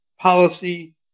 policy